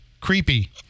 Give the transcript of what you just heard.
creepy